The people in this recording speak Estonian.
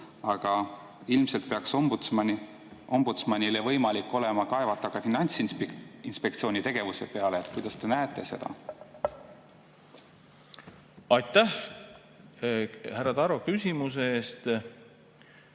all. Ilmselt peaks ombudsmanile võimalik olema kaevata ka Finantsinspektsiooni tegevuse peale. Kuidas te näete seda? Aitäh, härra Taro, küsimuse eest!